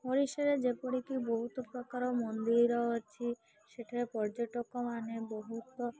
ଓଡ଼ିଶାରେ ଯେପରିକି ବହୁତ ପ୍ରକାର ମନ୍ଦିର ଅଛି ସେଠାରେ ପର୍ଯ୍ୟଟକମାନେ ବହୁତ